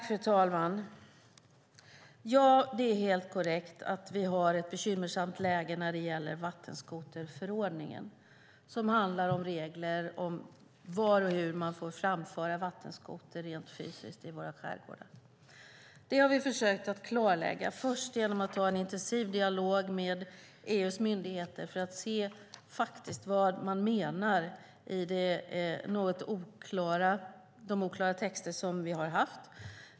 Fru talman! Det är helt korrekt att vi har ett bekymmersamt läge när det gäller vattenskoterförordningen, som handlar om regler om var och hur man får framföra vattenskoter rent fysiskt i våra skärgårdar. Det har vi försökt klarlägga, först genom att ha en intensiv dialog med EU:s myndigheter för att se vad man menar i de oklara texter som vi har haft.